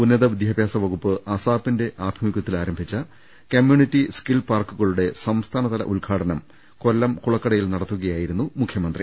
ഉന്നത് വിദ്യാഭ്യാസ വകുപ്പ് അസാപിന്റെ ആഭിമുഖ്യത്തിൽ ആരംഭിച്ച കമ്യൂണിറ്റി സ്കിൽ പാർക്കുകളുടെ സംസ്ഥാനതല ഉദ്ഘാടനം കൊല്ലം കുളക്കടയിൽ നടത്തുകയായിരുന്നു മുഖ്യമന്ത്രി